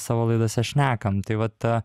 savo laidose šnekam tai va ta